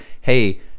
hey